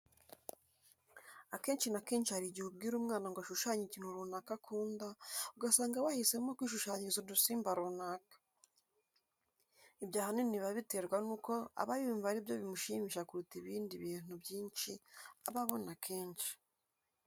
Akenshi na kenshi hari igihe ubwira umwana ngo ashushanye ikintu runaka akunda, ugasanga we ahisemo kwishushanyiriza udusimba runaka. Ibyo ahanini biba biterwa n'uko aba yumva ari byo bimushimisha kuruta ibindi bintu byinshi aba abona kenshi.